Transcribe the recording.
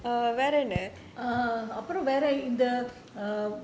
அப்புறம் வேற இந்த:appuram vera intha